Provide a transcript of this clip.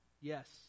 Yes